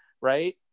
Right